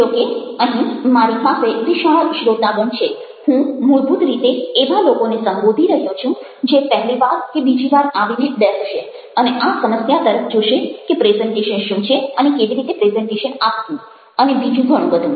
જોકે અહીં મારી પાસે વિશાળ શ્રોતાગણ છે હું મૂળભૂત રીતે એવા લોકોને સંબોધી રહ્યો છું જે પહેલી વાર કે બીજી વાર આવીને બેસશે અને આ સમસ્યા તરફ જોશે કે પ્રેઝન્ટેશન શું છે અને કેવી રીતે પ્રેઝન્ટેશન આપવું અને બીજું ઘણું બધું